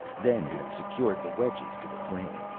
then had secured the wedges to the frame.